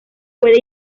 puede